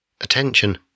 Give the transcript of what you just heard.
Attention